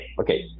okay